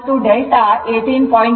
63 ಮತ್ತು delta 18